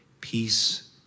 peace